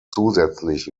zusätzlich